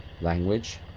language